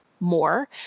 more